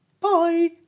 Bye